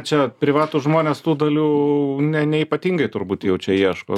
čia privatūs žmonės tų dalių ne neypatingai turbūt jau čia ieško